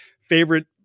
favorite